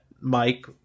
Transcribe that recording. mike